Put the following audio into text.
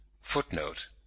Footnote